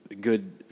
good